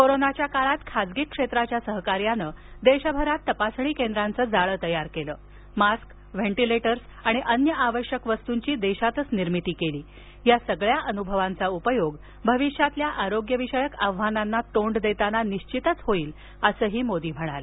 कोरोनाच्या काळात खासगी क्षेत्राच्या सहकार्यानं देशभरात तपासणी केंद्रांचं जाळ तयार केलं मास्क व्हेंटिलेटर्स आणि अन्य आवश्यक वस्तूंची देशातचं निर्मिती केली या सगळ्या अनुभवांचा उपयोग अविष्यातल्या आरोग्य विषयक आव्हानांना तोंड देताना होईल असं मोदी म्हणाले